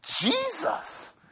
Jesus